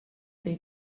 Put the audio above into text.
they